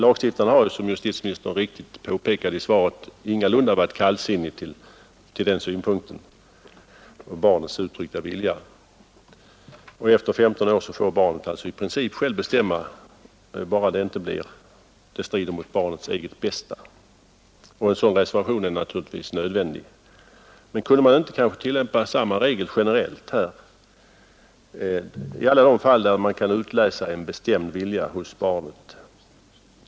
Lagstiftarna har ju, som justitieministern riktigt påpekade i svaret, ingalunda varit kallsinniga när det gäller barnets uttryckta vilja, och efter fyllda 15 år får barnet alltså i princip självt bestämma, bara det inte strider mot barnets eget bästa. En sådan reservation är naturligtvis nödvändig. Men kunde man inte tillämpa samma regler generellt i alla de fall där man kan utläsa en bestämd vilja hos barnet?